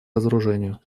разоружению